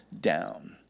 down